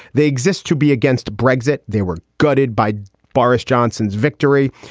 they exist to be against brexit. they were gutted by boris johnson's victory.